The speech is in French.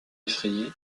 effrayée